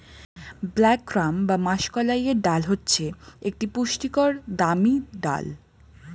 black gram বা মাষকলাইয়ের ডাল হচ্ছে একটি পুষ্টিকর দামি ডাল